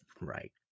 Right